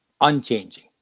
unchanging